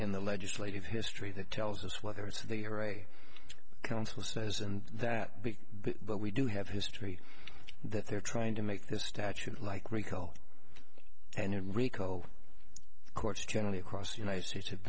in the legislative history that tells us whether it's the or a council says and that big but we do have history that they're trying to make this statute like rico and rico courts generally across the united states have